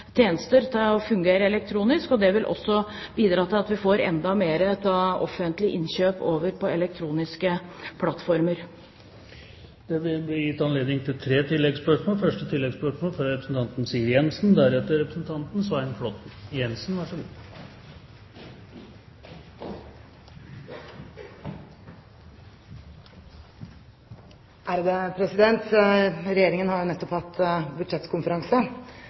tjenester til å fungere elektronisk. Det vil også bidra til at vi får enda flere offentlige innkjøp over på elektroniske plattformer. Det blir gitt anledning til tre oppfølgingsspørsmål – først Siv Jensen.